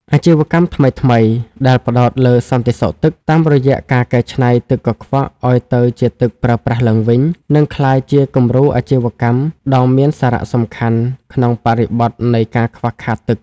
អាជីវកម្មថ្មីៗដែលផ្ដោតលើ "សន្ដិសុខទឹក" តាមរយៈការកែច្នៃទឹកកខ្វក់ឱ្យទៅជាទឹកប្រើប្រាស់ឡើងវិញ នឹងក្លាយជាគំរូអាជីវកម្មដ៏មានសារៈសំខាន់ក្នុងបរិបទនៃការខ្វះខាតទឹក។